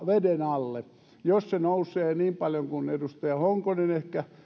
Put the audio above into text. veden alle jos se nousee niin paljon kuin edustaja honkonen ehkä